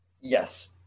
Yes